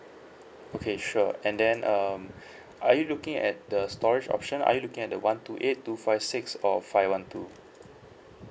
okay sure and then um are you looking at the storage option are you looking at the one two eight two five six or five one two